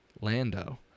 Lando